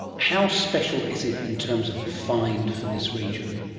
how special is it in terms of a find for this region?